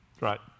Right